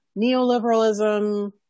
neoliberalism